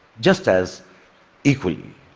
just as equally.